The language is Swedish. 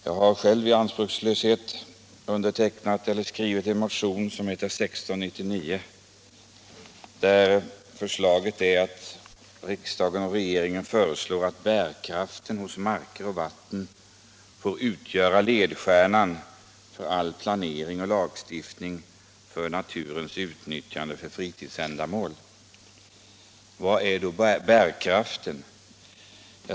Jag har själv i all anspråkslöshet skrivit motionen 1975/76:1699, där jag hemställer att riksdagen föreslår regeringen att bärkraften hos marker och vatten får utgöra ledstjärnan vid all planering och lagstiftning för naturens utnyttjande för fritidsändamål. Vad är då bärkraften?